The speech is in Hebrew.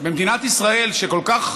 מדינת ישראל, שכל כך,